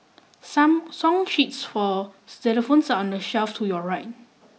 some song sheets for xylophones are on the shelf to your right